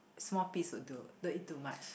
small piece will do don't eat too much